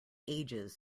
ages